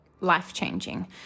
life-changing